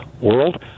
world